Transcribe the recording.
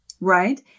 right